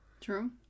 True